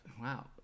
Wow